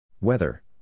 Weather